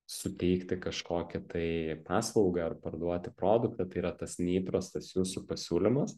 suteikti kažkokį tai paslaugą ar parduoti produktą tai yra tas neįprastas jūsų pasiūlymas